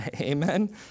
amen